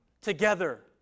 together